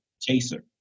chaser